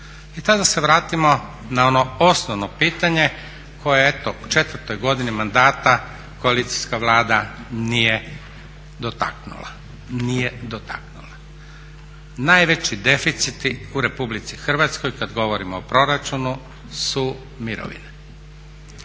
I tada se vratimo na ono osnovno pitanje koje eto u četvrtoj godini mandata koalicijska Vlada nije dotaknula. Nije dotaknula. Najveći deficiti u Republici Hrvatskoj kad govorimo o proračunu su mirovine.